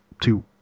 two